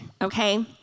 okay